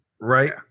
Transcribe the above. Right